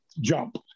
jump